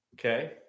Okay